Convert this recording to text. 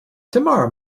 tomorrow